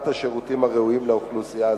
השירותים הראויים לאוכלוסייה הזכאית.